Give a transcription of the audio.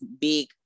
big